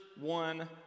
one